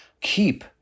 keep